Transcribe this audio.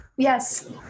yes